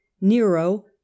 Nero